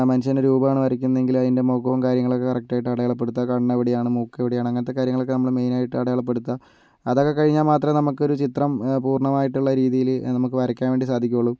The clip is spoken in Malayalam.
മനുഷ്യൻ്റെ രൂപമാണ് വരയ്ക്കുന്നതെങ്കില് അതിൻ്റെ മുഖവും കാര്യങ്ങളൊക്കെ കറക്റ്റായിട്ട് അടയാളപ്പെടുത്തുക കണ്ണെവിടെയാണ് മൂക്കെവിടെയാണ് അങ്ങനത്തകാര്യങ്ങളൊക്കെ നമ്മള് മെയ്നായിട്ട് അടയാളപ്പെടുത്തുക അതൊക്കെ കഴിഞ്ഞാൽ മാത്രമേ നമുക്കൊരു ചിത്രം പൂർണ്ണമായിട്ടുള്ള രീതിയില് നമുക്ക് വരയ്ക്കാൻ വേണ്ടി സാധിക്കുകയുള്ളൂ